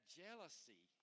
jealousy